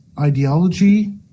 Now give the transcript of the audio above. ideology